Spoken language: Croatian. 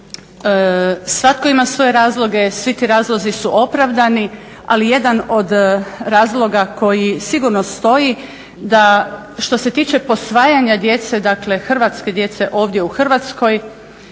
svatko ima svoje razloge, svi ti razlozi su opravdani ali jedan od razloga koji sigurno stoji da što se tiče posvajanja djece, dakle hrvatske djece ovdje u Hrvatskoj